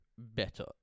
better